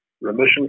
remission